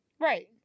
Right